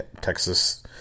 Texas